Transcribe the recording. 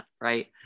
right